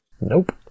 Nope